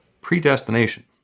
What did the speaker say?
predestination